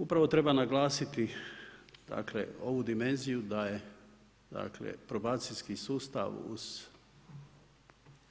Upravo treba naglasiti dakle, ovu dimenziju da je dakle, probacijski sustav